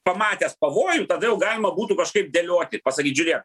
pamatęs pavojų tada jau galima būtų kažkaip dėlioti pasakyt žiūrėk